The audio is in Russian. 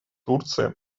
турция